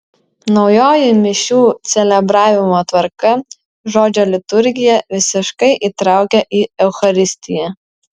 naujoji mišių celebravimo tvarka žodžio liturgiją visiškai įtraukia į eucharistiją